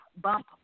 bump